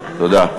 תודה.